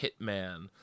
Hitman